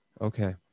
Okay